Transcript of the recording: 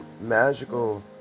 magical